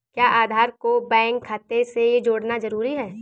क्या आधार को बैंक खाते से जोड़ना जरूरी है?